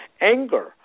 anger